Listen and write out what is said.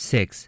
Six